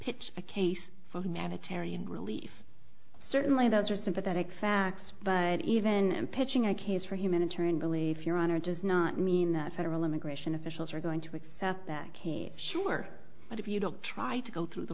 pitch a case for humanitarian relief certainly those are sympathetic facts but even in pitching a case for humanitarian relief your honor does not mean that federal immigration officials are going to accept that case sure but if you don't try to go through the